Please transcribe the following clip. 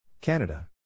Canada